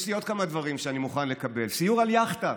יש לי עוד כמה דברים שאני מוכן לקבל: סיור על יאכטה,